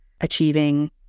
achieving